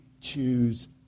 choose